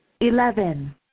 Eleven